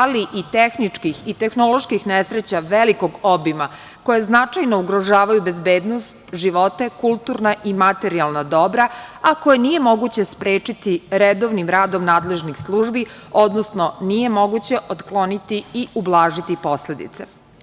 ali i tehničkih i tehnoloških nesreća velikog obima, koje značajno ugrožavaju bezbednost, živote, kulturna i materijalna dobra, a koje nije moguće sprečiti redovnim radom nadležnih službi, odnosno nije moguće otkloniti i ublažiti posledice.